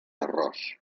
arròs